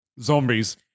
zombies